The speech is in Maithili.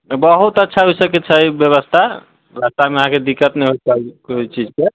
बहुत अच्छा ओ सभक छै व्यवस्था रास्तामे अहाँकेँ दिक्कत नहि होइके चाही कोइ चीजके